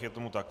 Je tomu tak?